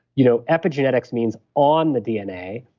you know epigenetics means on the dna.